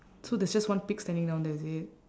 so there's just one pig standing down there is it